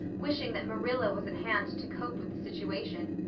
wishing that marilla was at hand to cope with the situation.